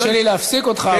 קשה לי להפסיק אותך,